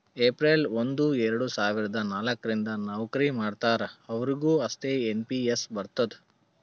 April ಒಂದು ಎರಡ ಸಾವಿರದ ನಾಲ್ಕ ರಿಂದ್ ನವ್ಕರಿ ಮಾಡ್ತಾರ ಅವ್ರಿಗ್ ಅಷ್ಟೇ ಎನ್ ಪಿ ಎಸ್ ಬರ್ತುದ್